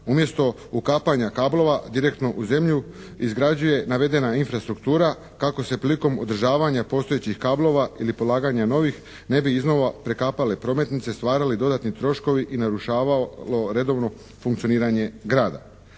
umjesto ukapanja kablova direktno u zemlju izgrađuje navedena infrastruktura kako se prilikom održavanja postojećih kablova ili polaganja novih ne bi iznova prekapale prometnice, stvarali dodatni troškovi i narušavalo redovno funkcioniranje grada.